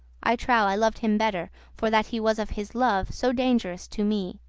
i trow, i lov'd him better, for that he was of his love so dangerous to me.